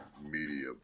media